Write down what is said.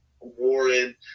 Warren